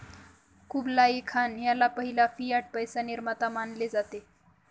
Kublai Khan ह्याला पहिला fiat पैसा निर्माता मानले जाते